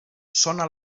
sona